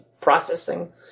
processing